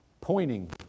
pointing